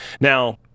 now